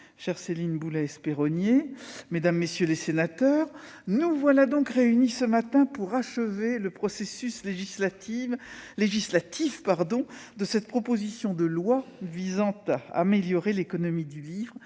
chère Céline Boulay-Espéronnier, mesdames, messieurs les sénateurs, nous voilà donc réunis ce matin pour achever le processus législatif de cette proposition de loi visant à conforter l'économie du livre